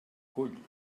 cull